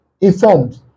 informed